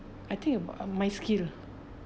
I think about uh my skill